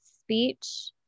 speech